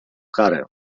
karę